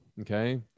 Okay